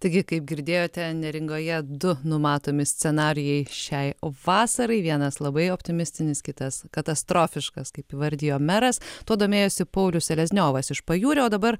taigi kaip girdėjote neringoje du numatomi scenarijai šiai vasarai vienas labai optimistinis kitas katastrofiškas kaip įvardijo meras tuo domėjosi paulius selezniovas iš pajūrio o dabar